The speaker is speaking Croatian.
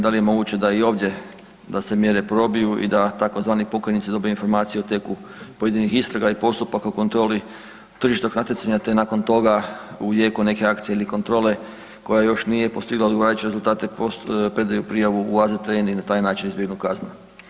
Da li je moguće da i ovdje da se mjere probiju i da tzv. pokajnici dobiju informaciju o tijeku pojedinih istraga i postupaka u kontroli tržišnog natjecanja te nakon toga u jeku neke akcije ili kontrole koja još nije postigla odgovarajuće rezultate predaju prijavu u AZTN i na taj način izbjegnu kaznu?